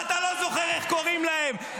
ואתה לא זוכר איך קוראים להם.